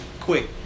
Quick